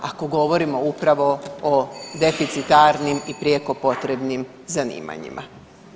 Ako govorimo upravo o deficitarnim i prijeko potrebnim zanimanjima.